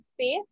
space